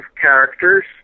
characters